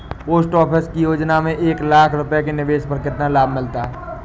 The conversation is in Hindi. पोस्ट ऑफिस की योजना में एक लाख रूपए के निवेश पर कितना लाभ मिलता है?